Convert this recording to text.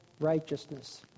righteousness